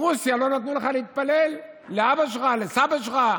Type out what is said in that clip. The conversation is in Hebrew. ברוסיה לא נתנו לך להתפלל, לאבא שלך ולסבא שלך.